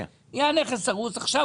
עכשיו,